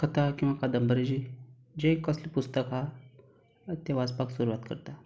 कथा किंवा कादंबरी जी जे कसलीं पुस्तकां तीं वाचपाक सुरवात करतां